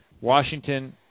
Washington